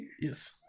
Yes